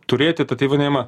turėti tą tai vadinamą